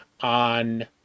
on